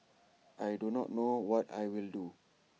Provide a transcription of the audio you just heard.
I do not know what I will do